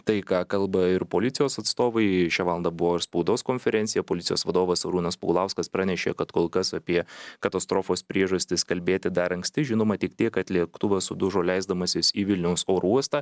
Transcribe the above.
tai ką kalba ir policijos atstovai šią valandą buvo ir spaudos konferencija policijos vadovas arūnas paulauskas pranešė kad kol kas apie katastrofos priežastis kalbėti dar anksti žinoma tik tiek kad lėktuvas sudužo leisdamasis į vilniaus oro uostą